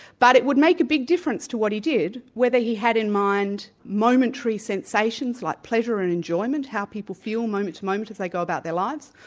but it would make a big difference to what he did whether he had in mind momentary sensations like pleasure and enjoyment, how people feel moment to moment as they go about their lives,